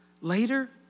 later